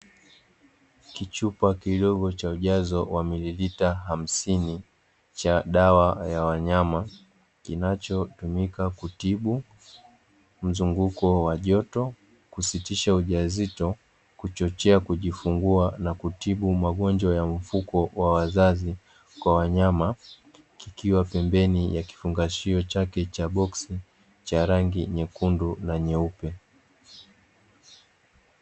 Kichupa kidogo cha ujazo wa mililita hamsini cha dawa ya wanyama kinachotumika kutibu mzunguko wa joto, kusitisha ujauzito, kuchochea kujifungua na kutibu magonjwa ya mfuko wa uzazi kwa wanyama. kikiwa pembeni ya kifungashio chake cha boksi cha rangi nyekundu na nyeupe.